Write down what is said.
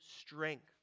strength